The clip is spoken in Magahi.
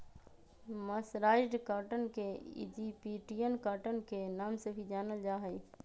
मर्सराइज्ड कॉटन के इजिप्टियन कॉटन के नाम से भी जानल जा हई